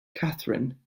catherine